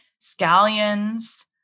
scallions